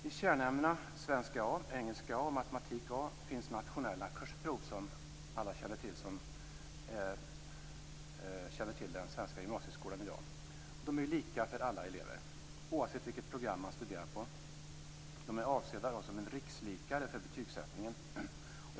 I kärnämnena svenska A, engelska A och matematik A finns nationella kursprov - som alla som kan den svenska gymnasieskolan i dag känner till - och de är lika för alla elever oavsett vilket program de studerar på. De är avsedda som rikslikare för betygssättningen.